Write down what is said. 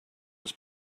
was